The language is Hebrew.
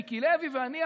"מיקי לוי ואני,